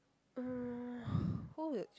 mm who will